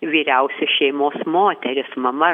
vyriausia šeimos moteris mama